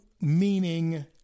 meaning